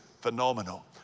Phenomenal